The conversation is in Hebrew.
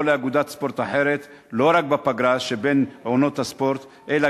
לאגודת ספורט אחרת לא רק בפגרה שבין עונות הספורט אלא